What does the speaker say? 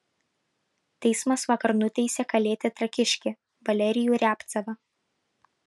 teismas vakar nuteisė kalėti trakiškį valerijų riabcevą